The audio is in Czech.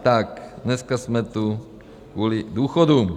Tak dneska jsme tu kvůli důchodům.